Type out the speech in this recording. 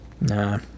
nah